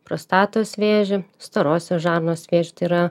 prostatos vėžį storosios žarnos vėžį tai yra